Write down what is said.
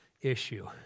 issue